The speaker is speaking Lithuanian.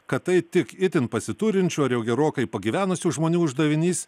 kad tai tik itin pasiturinčių ar jau gerokai pagyvenusių žmonių uždavinys